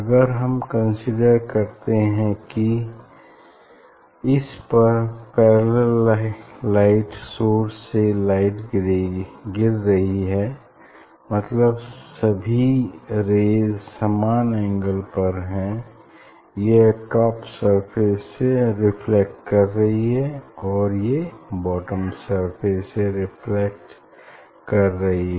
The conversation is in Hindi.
अगर हम कंसीडर करते हैं कि इस पर पैरेलल लाइट सोर्स से लाइट गिर रही है मतलब सभी रेज़ समान एंगल पर हैं यह टॉप सरफेस से रिफ्लेक्ट कर रही हैं और ये बॉटम सरफेस से रिफ्लेक्ट कर रही हैं